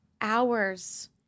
hours